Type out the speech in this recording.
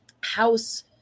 house